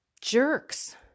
jerks